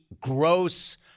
gross